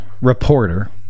reporter